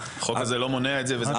החוק הזה לא מונע את זה וזה מצוין.